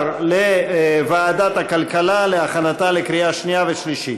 לוועדת הכלכלה להכנתה לקריאה שנייה ושלישית.